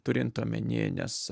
turint omenyje nes